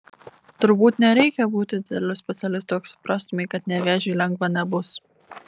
turbūt nereikia būti dideliu specialistu jog suprastumei kad nevėžiui lengva nebus